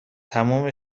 تموم